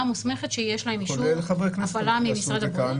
מוסמכת שיש להם אישור הפעלה ממשרד הבריאות,